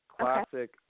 classic